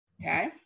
Okay